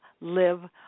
live